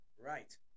Right